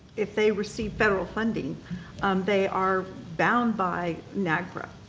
if they receive federal funding um they are bound by nagpra.